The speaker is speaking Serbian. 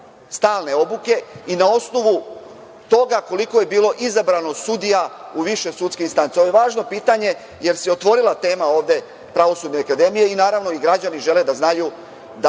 stalne obuke i na osnovu toga koliko je bilo izabrano sudija u više sudske instance? Ovo je važno pitanje, jer se stvorila tema ovde Pravosudne akademije i naravno i građani žele da znaju